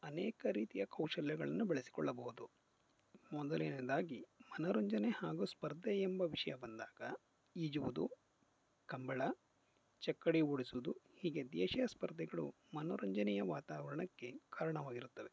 ಅನೇಕ ರೀತಿಯ ಕೌಶಲ್ಯಗಳನ್ನು ಬೆಳೆಸಿಕೊಳ್ಳಬಹುದು ಮೊದಲನೆಯದಾಗಿ ಮನೋರಂಜನೆ ಹಾಗೂ ಸ್ಪರ್ಧೆ ಎಂಬ ವಿಷಯ ಬಂದಾಗ ಈಜುವುದು ಕಂಬಳ ಚಕ್ಕಡಿ ಓಡಿಸೋದು ಹೀಗೆ ದೇಶಿಯ ಸ್ಪರ್ಧೆಗಳು ಮನೋರಂಜನೆಯ ವಾತಾವರಣಕ್ಕೆ ಕಾರಣವಾಗಿರುತ್ತವೆ